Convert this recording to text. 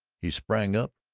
he sprang up,